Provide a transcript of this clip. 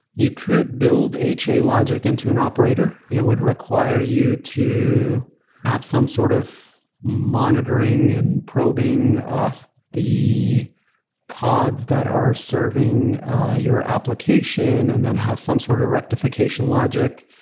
you could build ha logic into an operator. it would require you to have some sort of monitoring and probing of the pods that are serving your application and then have some sort of rectification logic.